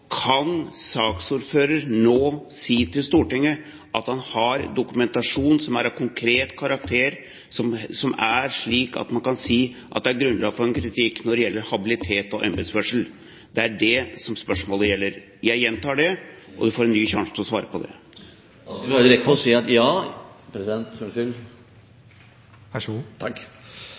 Kan saksordføreren nå si til Stortinget at han har dokumentasjon som er av konkret karakter, som er slik at man kan si at det er grunnlag for en kritikk når det gjelder habilitet og embetsførsel? Det er det spørsmålet gjelder. Jeg gjentar det, og du får en ny sjanse til å svare på det. Ja, jeg mener at